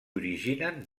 originen